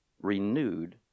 renewed